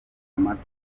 amata